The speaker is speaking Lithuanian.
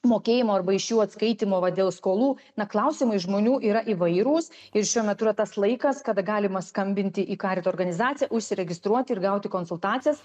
mokėjimo arba iš jų atskaitymo va dėl skolų na klausimai žmonių yra įvairūs ir šiuo metu yra tas laikas kada galima skambinti į karito organizaciją užsiregistruoti ir gauti konsultacijas